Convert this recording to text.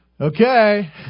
okay